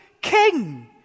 king